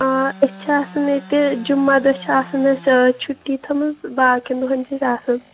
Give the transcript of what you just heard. آ أسۍ چھِ آسان یِیٚتہِ جعہ دۄہ چھِ آسان اَسہِ چھُٹی تھٔومٕژ باقیَن دۄہَن چھِ أسۍ آسان